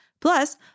Plus